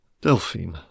Delphine